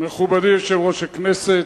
מכובדי יושב-ראש הכנסת,